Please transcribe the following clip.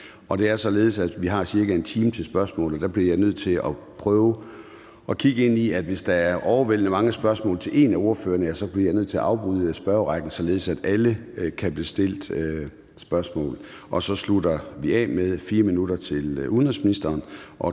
vi har cirka en time til spørgsmålene, og der bliver jeg nødt til, hvis der er overvældende mange spørgsmål til en af ordførerne, at afbryde spørgerrækken, således at alle kan blive stillet spørgsmål. Og så slutter vi af med 4 minutter til udenrigsministeren